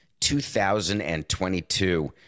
2022